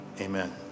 amen